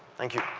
thank you.